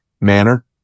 manner